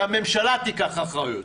שהממשלה תיקח אחריות.